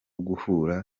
guhura